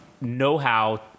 know-how